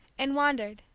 and wandered,